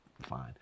Fine